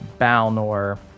Balnor